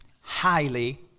highly